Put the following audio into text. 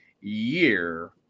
year